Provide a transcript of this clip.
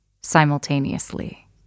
simultaneously